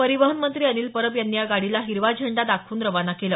परिवहन मंत्री अनिल परब यांनी या गाडीला हिरवा झेंडा दाखवून रवाना केलं